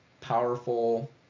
powerful